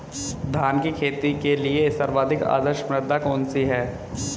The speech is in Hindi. धान की खेती के लिए सर्वाधिक आदर्श मृदा कौन सी है?